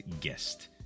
guest